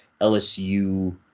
LSU